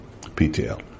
PTL